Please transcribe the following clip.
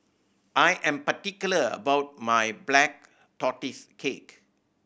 I am particular about my Black Tortoise Cake